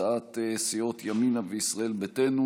הצעת סיעות ימינה וישראל ביתנו,